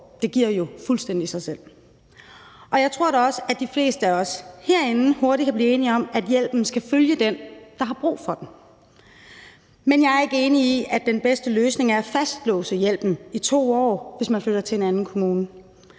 det giver jo fuldstændig sig selv. Og jeg tror da også, at de fleste af os herinde hurtigt kan blive enige om, at hjælpen skal følge den, der har brug for den. Men jeg er ikke enig i, at den bedste løsning er at fastlåse hjælpen i 2 år, hvis man flytter til en anden kommune.